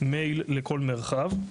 מייל לכל מרחב.